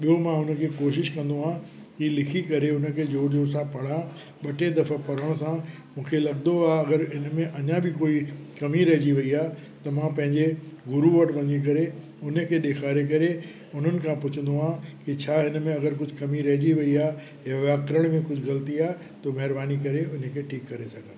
ॿियों मां हुन खे कोशिश कंदो आहे कि लिखी करे उन खे ज़ोर ज़ोर सां पढ़ा ॿ टे दफ़ा पढ़ण सां मूंखे लॻंदो आहे अगरि इन में अञा बि कोई कमी रहिजी वई आहे त मां पंहिंजे गुरु वटि वञी करे उन खे ॾेखारे करे उन्हनि खां पुछंदो आहे कि छा हिन में अगरि कुझु कमी रहिजी वई आहे ऐं वातारण में कुझु ग़लती आहे त महिरबानी करे उन खे ठीकु करे सघां